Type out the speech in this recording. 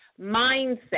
mindset